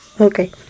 okay